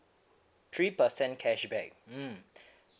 three percent cashback mm